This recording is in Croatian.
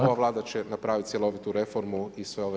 Ova vlada će napraviti cjelovitu reformu i sve ove